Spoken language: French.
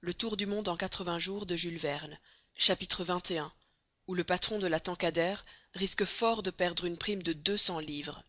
xxi où le patron de la tankardère risque fort de perdre une prime de deux cents livres